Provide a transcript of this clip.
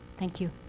thank you.